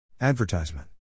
Advertisement